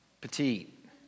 petite